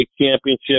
Championship